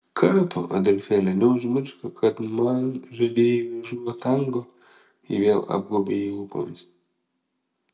ką tu adolfėli neužmiršk kad man žadėjai liežuvio tango ji vėl apgaubė jį lūpomis